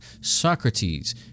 Socrates